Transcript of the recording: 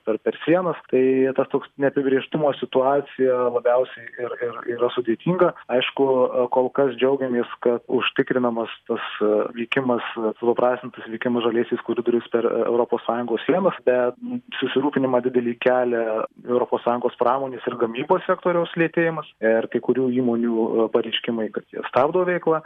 per per sienas tai tas toks neapibrėžtumo situacija labiausiai ir ir ir sudėtinga aišku kol kas džiaugiamės kad užtikrinamas tas vykimas supaprastintas vykimas žaliasis koridoriais per europos sąjungos sienas bet mum susirūpinimą didelį kelia europos sąjungos pramonės ir gamybos sektoriaus lėtėjimas ir kai kurių įmonių pareiškimai kad jie stabdo veiklą